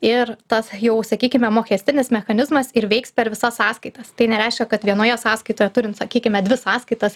ir tas jau sakykime mokestinis mechanizmas ir veiks per visas sąskaitas tai nereiškia kad vienoje sąskaitoje turint sakykime dvi sąskaitas